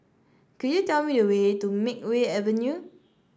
could you tell me the way to Makeway Avenue